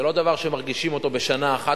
זה לא דבר שמרגישים אותו בשנה אחת,